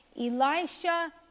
Elisha